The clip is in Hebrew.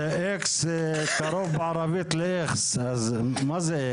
אקס קרוב בערבית לאיכס, מה זה אקס?